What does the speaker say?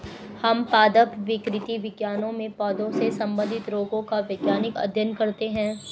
हम पादप विकृति विज्ञान में पौधों से संबंधित रोगों का वैज्ञानिक अध्ययन करते हैं